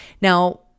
Now